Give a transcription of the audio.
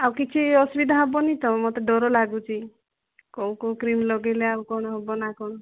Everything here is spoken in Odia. ଆଉ କିଛି ଅସୁବିଧା ହେବନି ତ ମୋତେ ଡ଼ର ଲାଗୁଛି କୋଉ କୋଉ କ୍ରିମ ଲଗେଇଲେ ଆଉ କଣ ହବ ନା କଣ